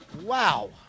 Wow